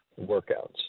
workouts